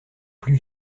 plus